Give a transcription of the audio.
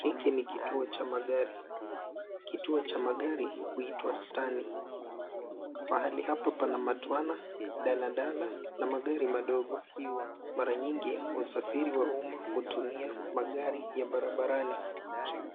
Hiki ni kituo cha magari. Kituo cha magari, huitwa Stani. Mahali hapa pana matwana, daladala na magari madogo. Mara nyingi wasafiri wa umma hutumia magari ya barabarani.